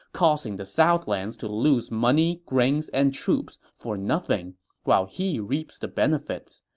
causing the southlands to lose money, grains, and troops for nothing while he reaps the benefits.